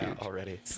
already